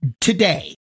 today